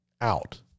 out